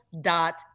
dot